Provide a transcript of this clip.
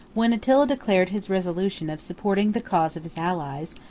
when attila declared his resolution of supporting the cause of his allies,